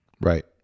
right